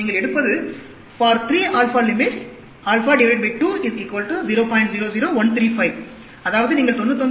நீங்கள் எடுப்பது அதாவது நீங்கள் 99